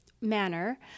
manner